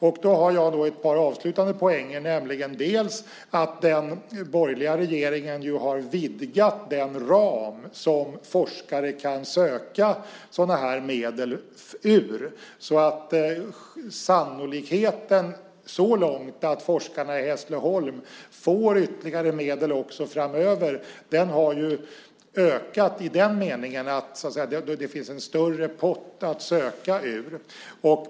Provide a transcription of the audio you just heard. Jag har ett par avslutande poänger. Den borgerliga regeringen har vidgat den ram som forskare kan söka medel ur. Sannolikheten så långt att forskarna i Hässleholm får ytterligare medel också framöver har ökat i den meningen att det finns en större pott att söka ur.